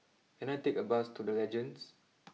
can I take a bus to the Legends